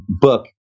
book